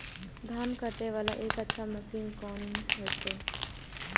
धान कटे वाला एक अच्छा मशीन कोन है ते?